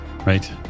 Right